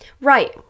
Right